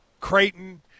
Creighton